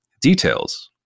Details